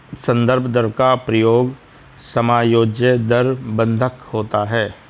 संदर्भ दर का प्रयोग समायोज्य दर बंधक होता है